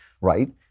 right